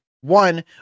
One